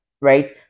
right